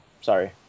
sorry